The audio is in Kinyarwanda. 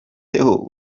theo